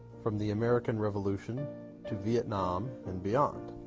from the american revolution to vietnam and beyond.